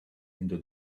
into